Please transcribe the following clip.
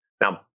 Now